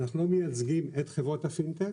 אנחנו לא מייצגים את חברות הפינטק,